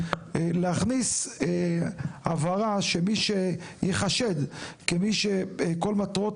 להכניס הבהרה שמי שייחשד כמי שכל מטרות